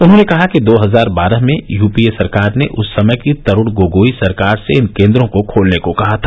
उन्होंने कहा कि दो हजार बारह में यूपीए सरकार ने उस समय की तरूण गोगोई सरकार से इन केन्द्रों को खोलने को कहा था